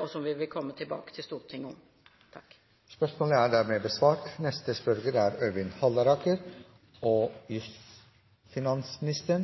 og som vi vil komme tilbake til Stortinget med. «Ved flere anledninger uttrykker finansministeren at investering i vei- og